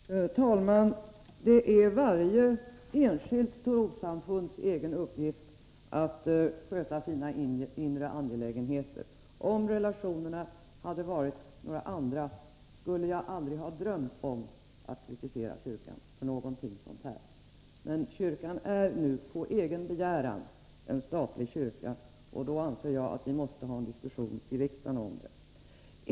Herr talman! Det är varje enskilt trossamfunds egen uppgift att sköta sina inre angelägenheter. Om relationerna hade varit några andra skulle jag aldrig har drömt om att kritisera kyrkan för någonting som detta. Men kyrkan är nu på egen begäran en statlig kyrka, och då anser jag att vi måste ha en diskussion i riksdagen om det.